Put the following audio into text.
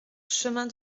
chemin